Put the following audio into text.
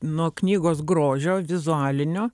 nuo knygos grožio vizualinio